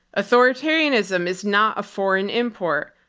authoritarianism is not a foreign import.